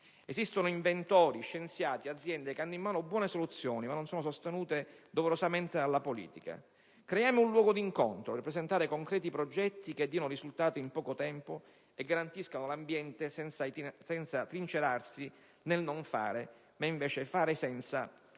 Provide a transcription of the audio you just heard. Esistono inventori, scienziati, aziende che hanno in mano buone soluzioni che però non sono sostenute doverosamente dalla politica. Creiamo un luogo di incontro per presentare progetti concreti che diano risultati in poco tempio e garantiscano l'ambiente, senza trincerarsi nel non fare perché sarebbe meglio